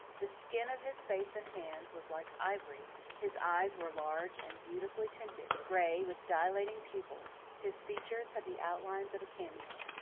the skin of his face and hands was like ivory his eyes were large and beautifully tinted gray, with dilating pupils his features had the outlines of a cameo.